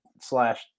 slash